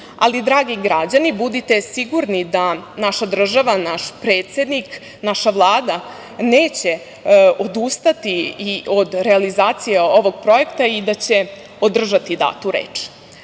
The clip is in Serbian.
Ali, dragi građani, budite sigurni da naša država, naš predsednik, naša Vlada neće odustati i od realizacije ovog projekta i da će održati datu reč. Cilj